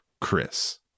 chris